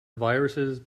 viruses